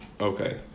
okay